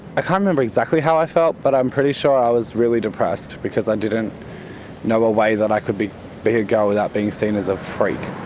can't remember exactly how i felt but i'm pretty sure i was really depressed because i didn't know a way that i could be be a a girl without being seen as a freak.